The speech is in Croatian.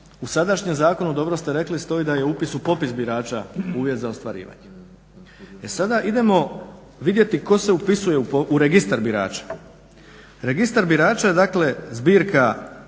U sadašnjem zakonu dobro ste rekli stoji da je upis u popis birača uvjet za ostvarivanje. E sada, idemo vidjeti tko se upisuje u registar birača. Registar birača je dakle zbirka